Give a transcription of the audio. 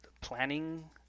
planning